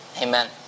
amen